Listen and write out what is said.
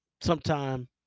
sometime